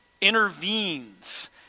intervenes